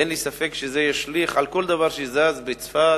ואין לי ספק שזה ישליך על כל דבר שזז בצפת,